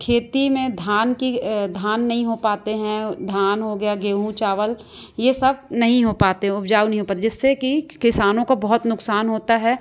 खेती में धान की धान नहीं हो पाते हैं धान हो गया गेहूँ चावल यह सब नहीं हो पाते उपजाऊ नहीं हो पाते जिससे कि किसानों को बहुत नुकसान होता है